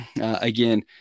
again